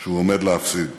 שהוא עומד להפסיד.